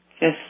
Yes